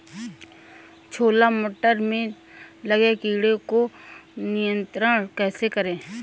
छोला मटर में लगे कीट को नियंत्रण कैसे करें?